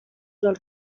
els